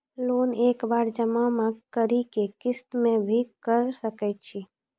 Loan एक बार जमा म करि कि किस्त मे भी करऽ सके छि?